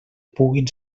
puguin